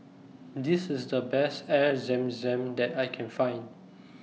This IS The Best Air Zam Zam that I Can Find